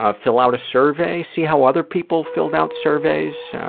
ah fill out a survey, see how other people filled out surveys,